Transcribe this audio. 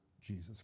Jesus